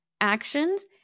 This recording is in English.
actions